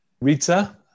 Rita